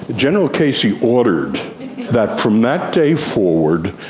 general casey ordered that from that day forward,